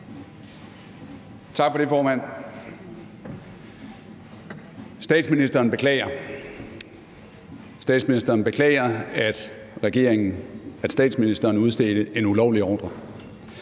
Tak for det, formand. Statsministeren beklager. Statsministeren beklager,